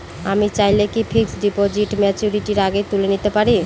আমি চাইলে কি ফিক্সড ডিপোজিট ম্যাচুরিটির আগেই তুলে নিতে পারি?